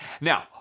Now